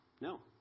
No